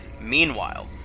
Meanwhile